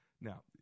Now